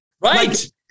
right